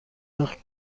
وقت